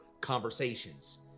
conversations